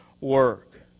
work